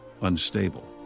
unstable